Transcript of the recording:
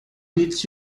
did